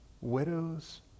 widows